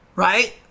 Right